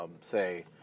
say